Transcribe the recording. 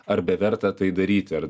ar bevertė tai daryti ar